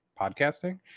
podcasting